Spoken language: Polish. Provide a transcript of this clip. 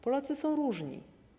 Polacy są różni.